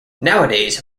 nowadays